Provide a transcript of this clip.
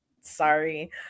Sorry